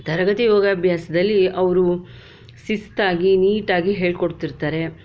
ತರಗತಿ ಯೋಗಾಭ್ಯಾಸದಲ್ಲಿ ಅವರು ಶಿಸ್ತಾಗಿ ನೀಟಾಗಿ ಹೇಳ್ಕೊಡ್ತಿರ್ತಾರೆ